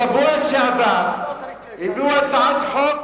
בשבוע שעבר הביאו הצעת חוק,